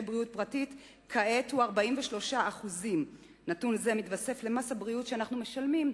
הבריאות הפרטית כעת הוא 43%. נתון זה מתווסף למס הבריאות שאנחנו משלמים,